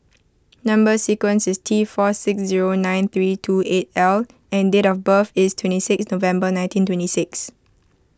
Number Sequence is T four six zero nine three two eight L and date of birth is twenty six November nineteen twenty six